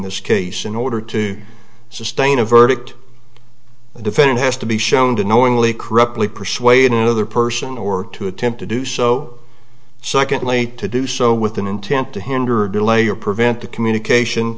this case in order to sustain a verdict the defendant has to be shown to knowingly corruptly persuade another person or to attempt to do so secondly to do so with an intent to hinder or delay or prevent the communication